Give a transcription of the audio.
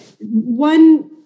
One